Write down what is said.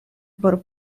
por